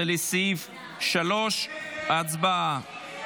15, לסעיף 3. הצבעה.